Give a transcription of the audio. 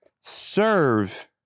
Serve